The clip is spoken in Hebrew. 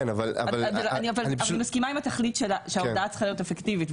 אני מסכימה שההודעה צריכה להיות אפקטיבית.